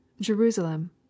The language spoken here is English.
Jerusalem